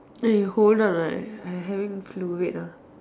eh hold on ah I having flu wait ah